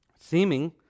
seeming